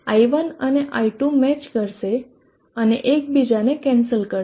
i1 અને i2 match કરશે અને એકબીજાને કેન્સલ કરશે